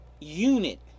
unit